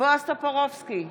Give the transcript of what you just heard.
בועז טופורובסקי,